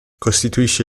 costituisce